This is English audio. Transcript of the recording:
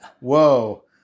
whoa